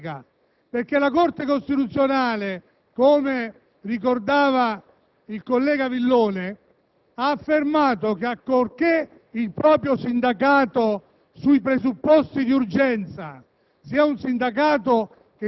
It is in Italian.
dei decreti-legge, perché la Corte costituzionale - come ricordava il collega Villone - ha affermato che, ancorché il proprio sindacato sui presupposti di urgenza